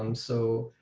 um so,